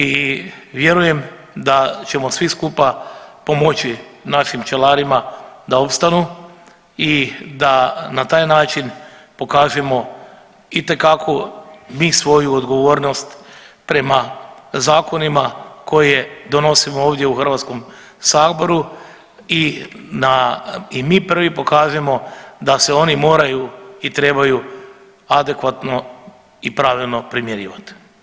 I vjerujem da ćemo svi skupa pomoći našim pčelarima da opstanu i da na taj način pokažemo itekako mi svoju odgovornost prema zakonima koje donosimo ovdje u Hrvatskom saboru i na, i mi prvi pokažemo da se oni moraju i trebaju adekvatno i pravedno primjenjivat.